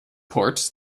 ports